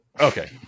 Okay